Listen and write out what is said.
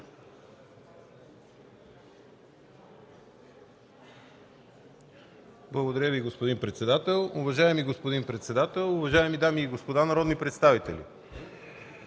Благодаря Ви, господин председател. Уважаеми господин председател, уважаеми дами и господа народни представители.